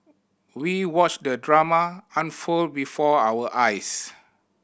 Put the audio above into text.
we watched the drama unfold before our eyes